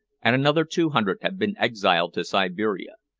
and another two hundred have been exiled to siberia.